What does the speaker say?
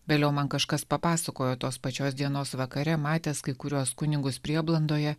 vėliau man kažkas papasakojo tos pačios dienos vakare matęs kai kuriuos kunigus prieblandoje